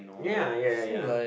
ya ya ya ya